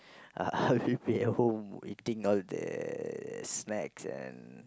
I'll be at home eating all the snacks and